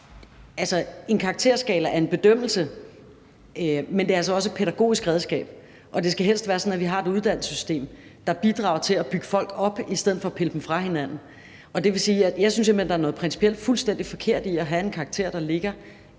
en karakterskala er en bedømmelse, men det er altså også et pædagogisk redskab, og det skal helst være sådan, at vi har et uddannelsessystem, der bidrager til at bygge folk op i stedet for at pille dem fra hinanden. Og jeg synes simpelt hen, at der principielt set er noget fuldstændig forkert i at have en karakter, der ligger